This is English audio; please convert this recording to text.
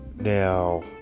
Now